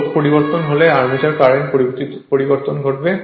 load পরিবর্তন হলে armature current পরিবর্তন হবে